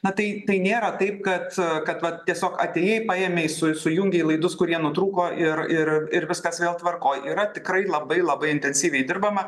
na tai tai nėra taip kad kad vat tiesiog atėjai paėmei su sujungei laidus kurie nutrūko ir ir ir viskas vėl tvarkoj yra tikrai labai labai intensyviai dirbama